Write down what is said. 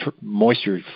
moisture